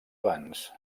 abans